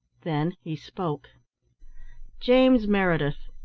then he spoke james meredith,